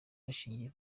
bashingiye